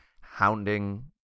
hounding